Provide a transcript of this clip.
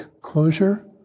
closure